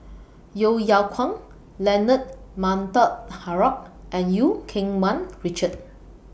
Yeo Yeow Kwang Leonard Montague Harrod and EU Keng Mun Richard